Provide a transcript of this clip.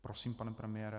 Prosím, pane premiére.